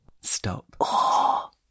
Stop